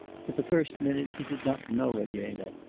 for the first minute he did not know elena,